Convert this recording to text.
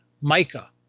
mica